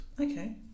Okay